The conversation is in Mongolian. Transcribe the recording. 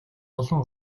олон